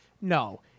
No